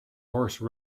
horse